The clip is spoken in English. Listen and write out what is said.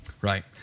right